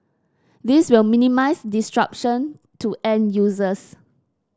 this will minimise disruption to end users